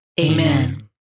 Amen